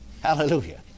Hallelujah